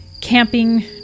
camping